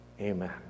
amen